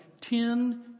ten